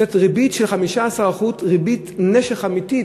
של 15% ריבית נשך אמיתית.